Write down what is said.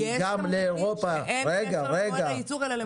כי גם לאירופה --- יש תמרוקים שאין קשר למועד הייצור הרלוונטי.